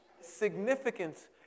Significance